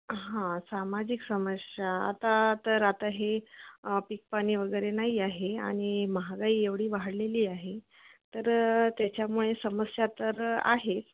हां सामाजिक समस्या आता तर आता हे पीक पाणी वगैरे नाही आहे आणि महागाई एवढी वाढलेली आहे तर त्याच्यामुळे समस्या तर आहे